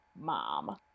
mom